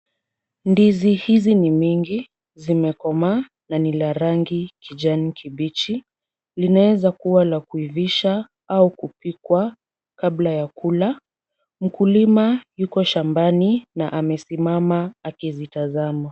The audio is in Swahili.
Ndizi hizi ni mingi, zimekomaa na ni la rangi kijani kibichi. Linaweza kuwa la kuivisha au kupikwa kabla ya kula. Mkulima yuko shambani na amesimama akizitazama.